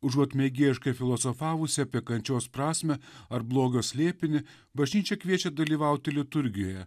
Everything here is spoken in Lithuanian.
užuot mėgėjiškai filosofavusi apie kančios prasmę ar blogio slėpinį bažnyčia kviečia dalyvauti liturgijoje